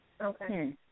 Okay